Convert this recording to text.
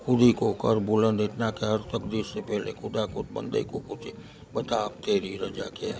ખુદ હી કો કર બુલંદ ઇતના કી તકદીર સે પેહલે ખુદા ખુદ બન્દે કો પૂછે બતા અબ તેરી રજા કયા હે